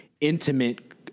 intimate